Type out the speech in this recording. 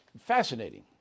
Fascinating